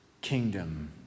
kingdom